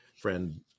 friend